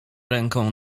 ręką